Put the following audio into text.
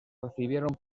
recibieron